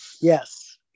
Yes